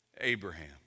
Abraham